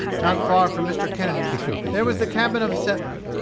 not far from mr. kennedy's there was the cabin of a settler,